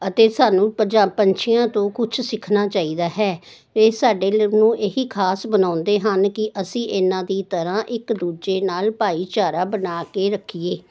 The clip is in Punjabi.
ਅਤੇ ਸਾਨੂੰ ਪੰਜਾਬ ਪੰਛੀਆਂ ਤੋਂ ਕੁਝ ਸਿੱਖਣਾ ਚਾਹੀਦਾ ਹੈ ਇਹ ਸਾਡੇ ਲਈ ਨੂੰ ਇਹੀ ਖਾਸ ਬਣਾਉਂਦੇ ਹਨ ਕਿ ਅਸੀਂ ਇਹਨਾਂ ਦੀ ਤਰ੍ਹਾਂ ਇੱਕ ਦੂਜੇ ਨਾਲ ਭਾਈਚਾਰਾ ਬਣਾ ਕੇ ਰੱਖੀਏ